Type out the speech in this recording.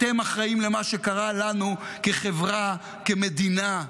אתם אחראים למה שקרה לנו כחברה, כמדינה,